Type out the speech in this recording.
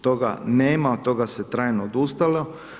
Toga nema, od toga se trajno odustalo.